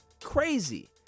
crazy